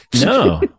No